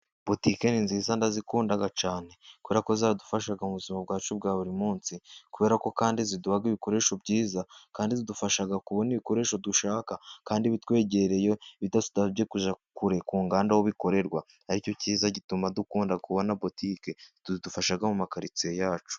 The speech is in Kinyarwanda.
Botike ni nziza ndazikunda cyane kubera ko ziradufasha mu buzima bwacu bwa buri munsi, kubera ko kandi ziduha ibikoresho byiza kandi zidufasha kubona ibikoresho dushaka kandi bitwegereye, bidasabye kujya kure ku nganda aho bikorerwa, aricyo cyiza gituma dukunda kubona botike zidufasha mu ma karitsiye yacu.